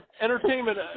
Entertainment